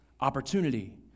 opportunity